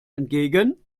entgegen